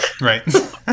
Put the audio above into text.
Right